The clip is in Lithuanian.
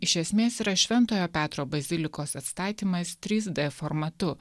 iš esmės yra šventojo petro bazilikos atstatymas trys d formatu